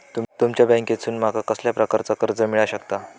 तुमच्या बँकेसून माका कसल्या प्रकारचा कर्ज मिला शकता?